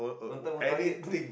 own time own target